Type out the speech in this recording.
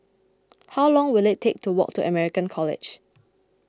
how long will it take to walk to American College